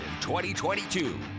2022